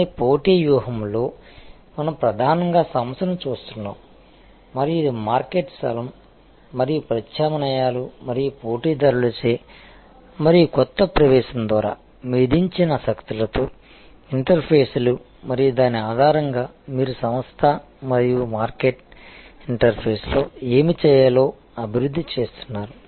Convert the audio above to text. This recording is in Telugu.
కానీ పోటీ వ్యూహంలో మనం ప్రధానంగా సంస్థను చూస్తున్నాము మరియు ఇది మార్కెట్ స్థలం మరియు ప్రత్యామ్నాయాలు మరియు పోటీదారులచే మరియు కొత్త ప్రవేశం ద్వారా విధించిన శక్తులతో ఇంటర్ఫేస్లు మరియు దాని ఆధారంగా మీరు సంస్థ మరియు మార్కెట్ ఇంటర్ఫేస్లో ఏమి చేయాలో అభివృద్ధి చేస్తున్నారు